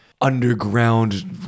underground